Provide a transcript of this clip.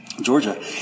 Georgia